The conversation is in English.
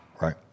right